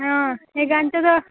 অঁ সেই গানটোতো